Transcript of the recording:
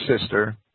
sister